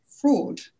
fraud